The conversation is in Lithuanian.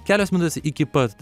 kelios minutės iki pat